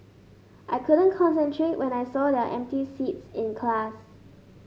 I couldn't concentrate when I saw their empty seats in class